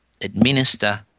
administer